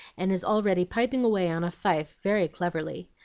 and is already piping away on a fife very cleverly.